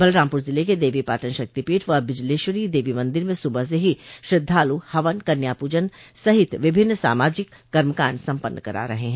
बलरामपुर ज़िले के देवीपाटन शक्तिपीठ व बिजलेश्वरी देवी मंदिर में सुबह से ही श्रद्धालु हवन कन्या पूजन सहित विभिन्न सामाजिक कर्मकाण्ड सम्पन्न करा रहे हैं